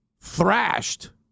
thrashed